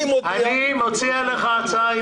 אני מציע לך הצעה.